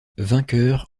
vainqueur